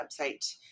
website